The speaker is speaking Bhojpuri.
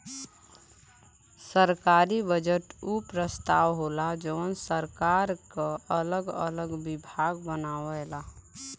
सरकारी बजट उ प्रस्ताव होला जौन सरकार क अगल अलग विभाग बनावला